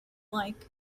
like